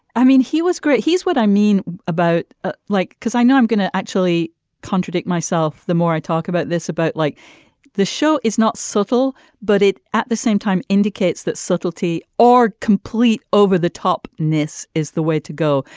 i mean he was great. he's what i mean about ah like. because i know i'm going to actually contradict myself. the more i talk about this about like the show is not subtle but it at the same time indicates that subtlety or complete over the top this is the way to go.